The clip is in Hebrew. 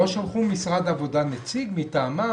משרד העבודה לא שלחו נציג מטעמם?